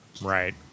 Right